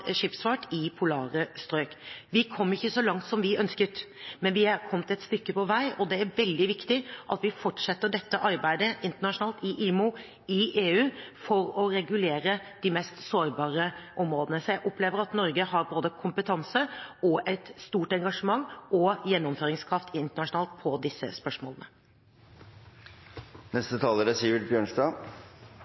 skipsfart i polare strøk. Vi kom ikke så langt som vi ønsket, men vi er kommet et stykke på vei, og det er veldig viktig at vi fortsetter dette arbeidet internasjonalt, i IMO og i EU, for å regulere de mest sårbare områdene. Så jeg opplever at Norge har både kompetanse, stort engasjement og gjennomføringskraft internasjonalt i disse